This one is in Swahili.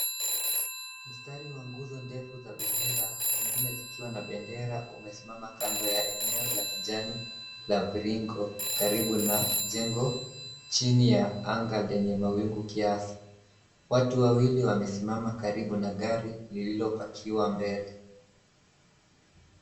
Mstari wa nguzo ndefu za bendera zingine zikiwa na bendera umesimama kando ya eneo la kijani la mviringo karibu na jengo chini ya anga lenye mawingu kiasi. Watu wawili wamesimama karibu na gari lililopakiwa mbele.